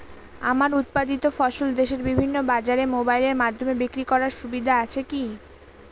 আমার উৎপাদিত ফসল দেশের বিভিন্ন বাজারে মোবাইলের মাধ্যমে বিক্রি করার সুবিধা আছে কি?